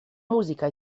musica